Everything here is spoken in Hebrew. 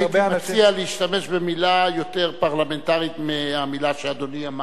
אני הייתי מציע להשתמש במלה יותר פרלמנטרית מהמלה שאדוני אמר.